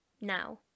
now